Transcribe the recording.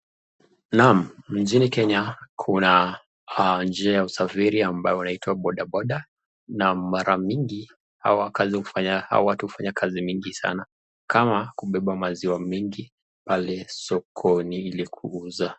Naam inchini Kenya kuna njia ya usafiri ambaye inaitwa bodaboda, na mara mingi hawa watu hufanya kazi sana, ama kubeba maziwa mingi pale sokoni kuhuza.